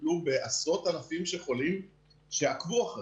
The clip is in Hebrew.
טיפלו בעשרות אלפים של חולים שעקבו אחריהם,